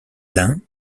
lin